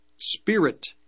spirit